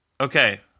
Okay